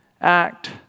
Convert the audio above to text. act